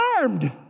armed